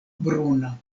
bruna